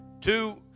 two